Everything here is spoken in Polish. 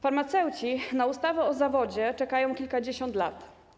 Farmaceuci na ustawę o zawodzie czekają kilkadziesiąt lat.